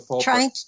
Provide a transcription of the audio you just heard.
trying